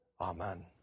Amen